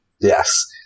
Yes